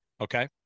Okay